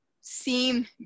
seem